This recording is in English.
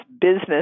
business